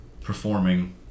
performing